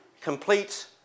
Complete